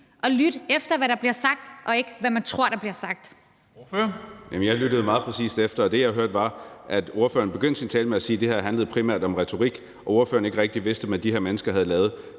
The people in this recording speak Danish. Kristensen): Ordføreren. Kl. 14:20 Marcus Knuth (KF): Jamen jeg lyttede meget præcist efter, og det, jeg hørte, var, at ordføreren begyndte sin tale med at sige, at det her handlede primært om retorik, og at ordføreren ikke rigtig vidste, hvad de her mennesker havde lavet.